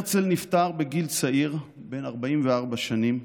הרצל נפטר בגיל צעיר, בן 44 שנים.